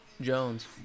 Jones